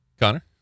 Connor